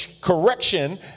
correction